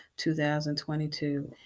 2022